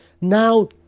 Now